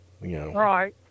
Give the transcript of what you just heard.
Right